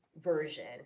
version